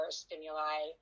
stimuli